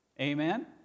Amen